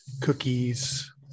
cookies